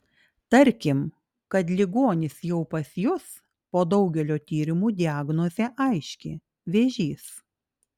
tarkim kad ligonis jau pas jus po daugelio tyrimų diagnozė aiški vėžys